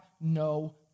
no